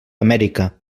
amèrica